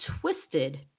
twisted